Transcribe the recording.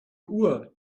uhr